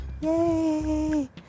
Yay